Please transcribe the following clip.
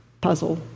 puzzle